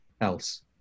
else